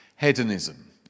hedonism